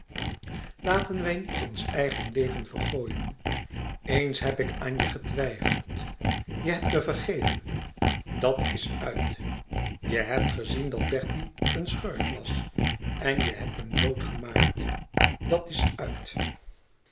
laten wij niet ons eigen leven vergooien eens heb ik aan je getwijfeld je hebt me vergeven dat is uit je hebt gezien dat bertie een schurk was en je hebt hem doodgemaakt dat is uit